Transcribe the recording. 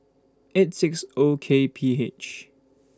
eight six O K P H